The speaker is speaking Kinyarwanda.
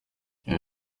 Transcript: iyo